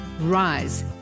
Rise